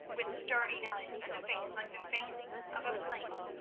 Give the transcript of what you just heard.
with starting eyes and a face like the face of a flame,